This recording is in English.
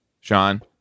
Sean